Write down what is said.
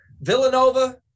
Villanova